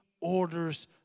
orders